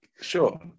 sure